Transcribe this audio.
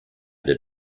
der